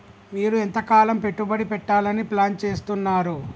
మీరు ఎంతకాలం పెట్టుబడి పెట్టాలని ప్లాన్ చేస్తున్నారు?